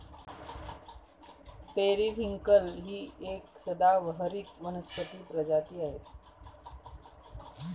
periwinkle ही एक सदाहरित वनस्पती प्रजाती आहे